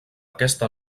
aquesta